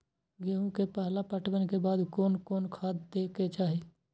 गेहूं के पहला पटवन के बाद कोन कौन खाद दे के चाहिए?